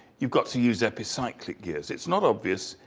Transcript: you got to use epicyclic gears. it's not obvious,